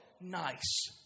nice